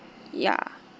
ya